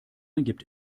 gibt